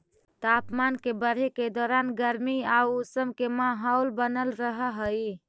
तापमान के बढ़े के दौरान गर्मी आउ उमस के माहौल बनल रहऽ हइ